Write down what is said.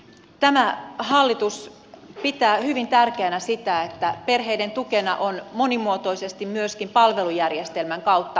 tämä hallitus pitää hyvin tärkeänä sitä että perheiden tukena on monimuotoisesti myöskin palvelujärjestelmän kautta valinnan mahdollisuutta